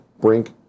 Brink